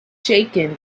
shaken